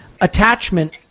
attachment